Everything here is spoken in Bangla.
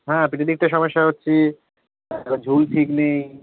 হ্যাঁ পিঠের দিকটা সমস্যা হচ্ছে তারপর ঝুল ঠিক নেই